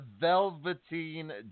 velveteen